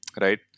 right